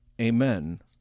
Amen